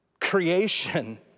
Creation